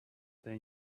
they